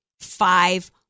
five